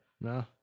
No